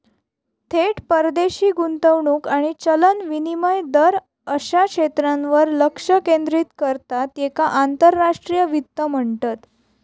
थेट परदेशी गुंतवणूक आणि चलन विनिमय दर अश्या क्षेत्रांवर लक्ष केंद्रित करता त्येका आंतरराष्ट्रीय वित्त म्हणतत